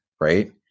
right